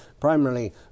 primarily